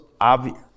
obvious